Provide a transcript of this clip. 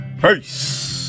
peace